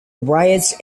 riots